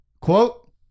Quote